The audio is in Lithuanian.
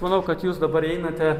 manau kad jūs dabar einate